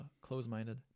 close-minded